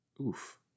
Oof